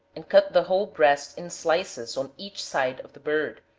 and cut the whole breast in slices on each side of the bird,